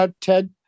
Ted